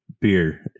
beer